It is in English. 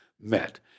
met